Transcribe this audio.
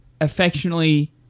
affectionately